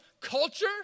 culture